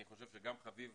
אני חושב שגם חביב